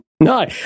No